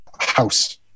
house